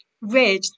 Red